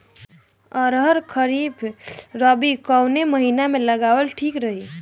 अरहर खरीफ या रबी कवने महीना में लगावल ठीक रही?